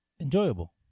Enjoyable